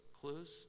clues